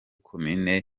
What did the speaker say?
komine